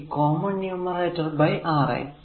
ഈ common numerator by R a